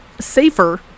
safer